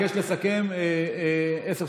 ובסכום הזה אנחנו משדרגים 4,000 בתי ספר